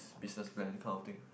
business plan kind of thing